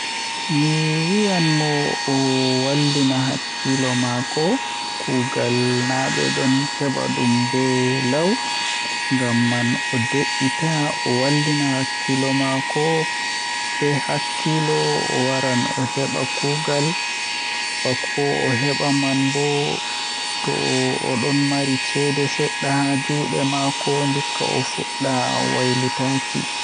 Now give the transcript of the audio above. Mi wiyan mo o wallina hakkilo maako kuugal na bedon heba dum be law ngamman o deita o wallina hakkilo maako be hakkilo o waran o heba kuugal bako o heba manbo to odon mari ceede sedda haa juude maako ndikka ofudda wailitukki.